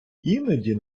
іноді